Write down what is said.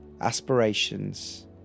aspirations